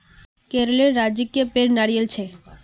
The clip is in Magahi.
केरलेर राजकीय पेड़ नारियल छे